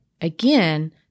again